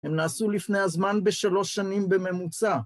הם נעשו לפני הזמן בשלוש שנים בממוצע.